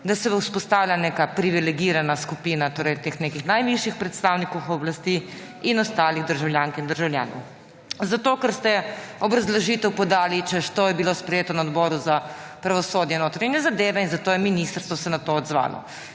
da se bo vzpostavila neka privilegirana skupina teh nekaj najvišjih predstavnikov oblasti in ostalih državljank in državljanov. Ker ste podali obrazložitev, češ, to je bilo sprejeto na Odboru za pravosodje in notranje zadeve in zato se je ministrstvo na to odzvalo.